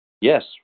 Yes